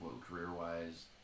Career-wise